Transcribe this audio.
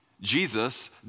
Jesus